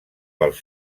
pels